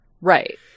Right